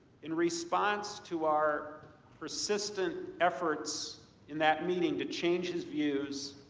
in response to our persistent efforts in that meeting to change his views,